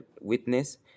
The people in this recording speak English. witness